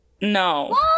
No